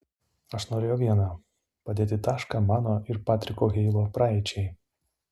aš norėjau vieno padėti tašką mano ir patriko heilo praeičiai